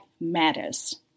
matters